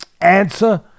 answer